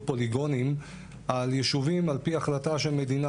פוליגונים על יישובים על פי החלטה של מדינה,